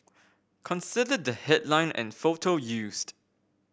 consider the headline and photo used